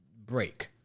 break